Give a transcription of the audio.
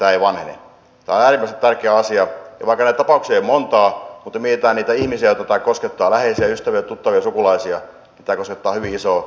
tämä on äärimmäisen tärkeä asia ja vaikka näitä tapauksia ei ole montaa niin kun mietitään niitä ihmisiä joita tämä koskettaa läheisiä ystäviä tuttavia sukulaisia niin tämä koskettaa hyvin isoa kansakunnan osaa